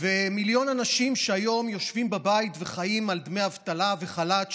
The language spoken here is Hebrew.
ומיליון אנשים שהיום יושבים בבית וחיים על דמי אבטלה וחל"ת,